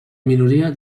minoria